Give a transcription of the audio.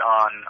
on